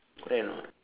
correct or not